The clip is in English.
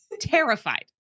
Terrified